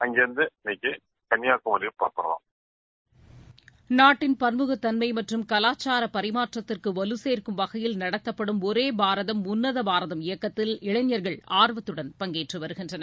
அங்கேயிருந்து இன்னிக்கு கன்னியாகுமரி புறப்படுறோம் நாட்டின் பன்முகத்தன்மை மற்றும் கவாச்சார பரிமாற்றத்திற்கு வலுசேர்க்கும் வகையில் நடத்தப்படும் ஒரே பாரதம் உன்னத பாரதம் இயக்கத்தில் இளைஞர்கள் ஆர்வத்துடன் பங்கேற்று வருகின்றனர்